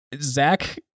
Zach